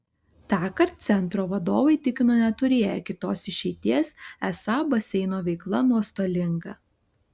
tąkart centro vadovai tikino neturėję kitos išeities esą baseino veikla nuostolinga